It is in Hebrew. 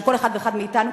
של כל אחד ואחד מאתנו,